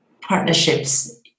partnerships